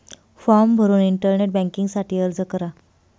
form भरून internet banking साठी अर्ज करा